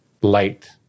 light